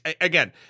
again